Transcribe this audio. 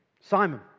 Simon